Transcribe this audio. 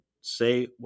say